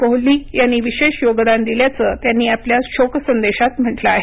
कोहली यांनी विशेष योगदान दिल्याचं त्यांनी आपल्या शोकसंदेशात म्हटलं आहे